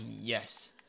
yes